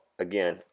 Again